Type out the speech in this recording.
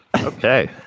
Okay